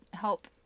help